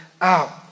out